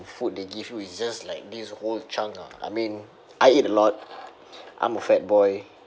food they give is just like this whole chunk ah I mean I eat a lot I'm a fat boy